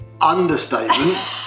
understatement